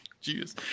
Jesus